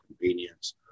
convenience